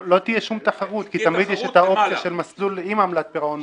לא תהיה שום תחרות כי תמיד יש את המסלול של עמלת פירעון.